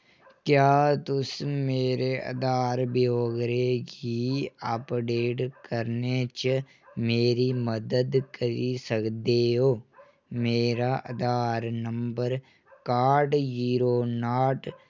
क्या तुस मेरे आधार ब्यौरे गी अपडेट करने च मेरी मदद करी सकदे ओ मेरा आधार नंबर काह्ट जीरो नाह्ट